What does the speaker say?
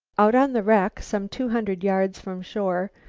out on the wreck, some two hundred yards from shore,